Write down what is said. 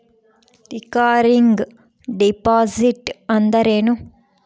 Recurring deposit ಅಂದರೇನು?